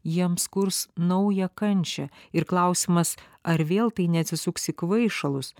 jiems kurs naują kančią ir klausimas ar vėl tai neatsisuks į kvaišalus